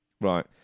Right